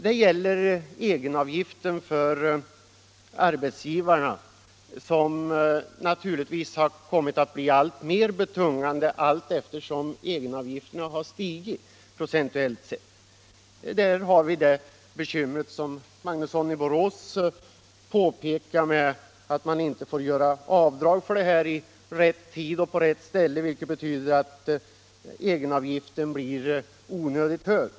Jag tänker på egenavgiften för arbetsgivarna, som naturligtvis kommit att bli alltmera betungande allteftersom den stigit procentuellt sett. Här har vi det bekymmer som herr Magnusson i Borås pekade på, nämligen att man inte får göra avdrag i rätt tid och på rätt ställe, vilket betyder att egenavgiften blir onödigt hög.